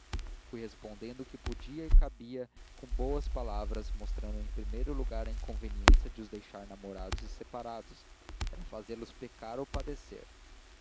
fui respondendo o que podia e cabia com boas palavras mostrando em primeiro lugar a inconveniência de os deixar namorados e separados era fazê los pecar ou padecer